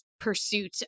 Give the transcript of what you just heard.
pursuit